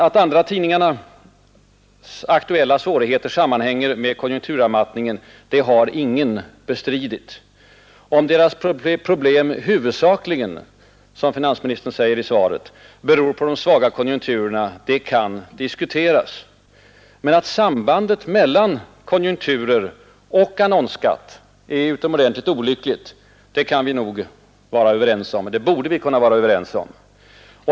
Att andratidningarnas aktuella svårigheter sammanhänger med konjunkturavmattningen har ingen bestridit, herr finansminister. Om deras problem huvudsakligen, som finansministern säger i svaret, beror på de svaga konjunkturerna kan diskuteras. Men att sambandet mellan konjunkturer och annonsskatt är utomordentligt olyckligt borde vi kunna vara överens om.